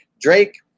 Drake